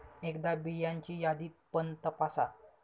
एकदा बियांची यादी पण तपासा